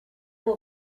will